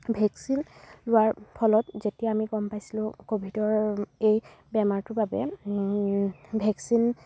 vaccine লোৱাৰ ফলত যেতিয়া আমি গম পাইছিলো ক'ভিডৰ এই বেমাৰটোৰ বাবে ভেকচিন